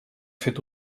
fet